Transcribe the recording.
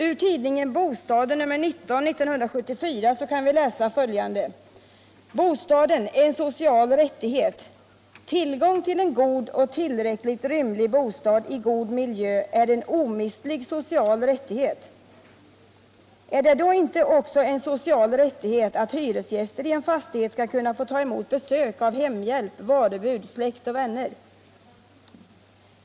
I tidningen Bostaden nr 19 år 1974 kan vi läsa följande: ”Bostaden —- en social rättighet: Tillgång till en god och tillräckligt rymlig bostad i god miljö är en omistlig social rättighet.” Är det då inte en social rättighet att hyresgäster i en fastighet skall kunna ta emot besök av hemhjälp, varubud, släkt och vänner?